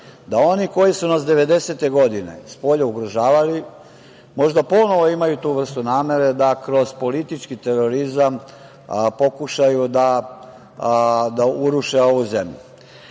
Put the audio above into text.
da oni koji su nas devedesete godine spolja ugrožavali možda ponovo imaju tu vrstu namere da kroz politički terorizam pokušaju da uruše ovu zemlju. Oni